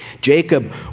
Jacob